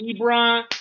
Ebron